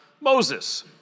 Moses